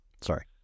Sorry